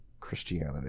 Christianity